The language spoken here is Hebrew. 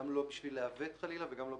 לא לעוות ולא ליישר.